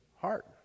heart